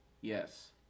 Yes